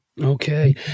Okay